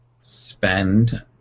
spend